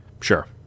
Sure